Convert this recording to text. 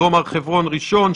דרום הר חברון ראשון.